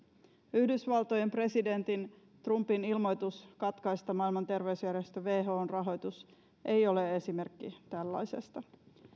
yhdysvaltojen presidentin trumpin ilmoitus katkaista maailman terveysjärjestö whon rahoitus ei ole esimerkki tällaisesta